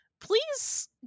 please